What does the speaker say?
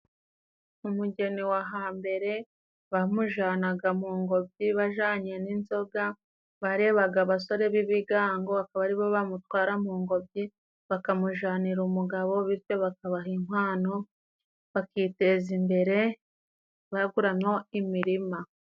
Umugeni wa hambere bamujanaga mu ngobyi bajanye n'inzoga ,barebaga abasore b'ibigango akaba aribo bamutwara mu ngobyi bakamujanira umugabo bityo bakabaha inkwano bakiteza imbere baguramo imirima.